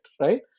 Right